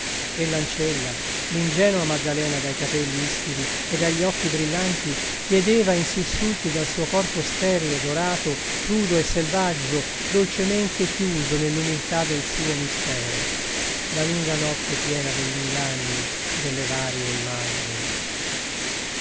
dell'amore e l'ancella l'ingenua maddalena dai capelli ispidi e dagli occhi brillanti chiedeva in sussulti dal suo corpo sterile e dorato crudo e selvaggio dolcemente chiuso nell'umiltà del suo mistero la lunga notte piena degli inganni delle varie immagini